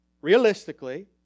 realistically